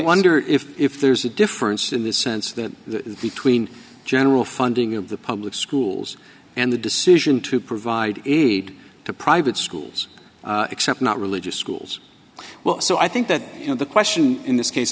wonder if if there's a difference in the sense that the between general funding of the public schools and the decision to provide aid to private schools except not religious schools well so i think that you know the question in this case